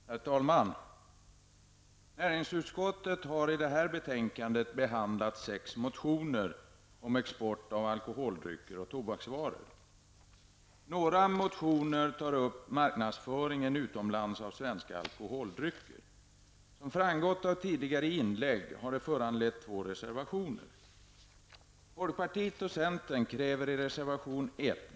Herr talman! Näringsutskottet har i detta betänkande behandlat sex motioner om export av alkoholdrycker och tobaksvaror. Några motioner tar upp marknadsföringen av svenska alkoholdrycker utomlands. Som framgått av tidigare inlägg har det föranlett två reservationer.